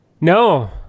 No